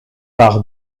par